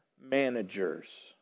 managers